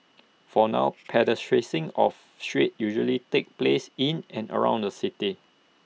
for now pedestrian sing of streets usually takes place in and around the city